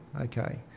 okay